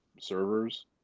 servers